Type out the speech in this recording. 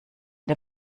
der